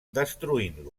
destruint